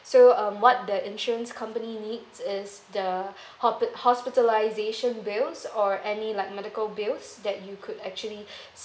so um what the insurance company needs is the hospi~ hospitalization bills or any like medical bills that you could actually